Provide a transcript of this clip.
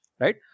Right